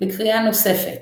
לקריאה נוספת